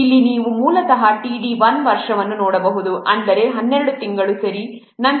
ಇಲ್ಲಿ ನೀವು ಮೂಲತಃ t d 1 ವರ್ಷವನ್ನು ನೋಡಬಹುದು ಅಂದರೆ 12 ತಿಂಗಳು ಸರಿ